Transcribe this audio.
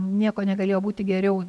nieko negalėjo būti geriau